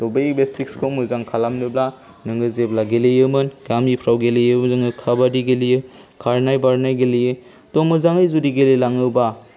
त' बै बेसिक्सखौ मोजां खालामनोब्ला नोङो जेब्ला गेलेयोमोन गामिफ्राव गेलेयो जोङो काबाडि गेलेयो खारनाय बारनाय गेलेयो त' मोजाङै जुदि गेलेलाङोबा